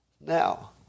Now